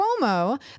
Cuomo